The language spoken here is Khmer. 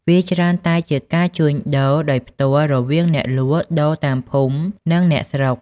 វាច្រើនតែជាការជួញដូរដោយផ្ទាល់រវាងអ្នកលក់ដូរតាមភូមិ និងអ្នកស្រុក។